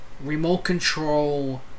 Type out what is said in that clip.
remote-control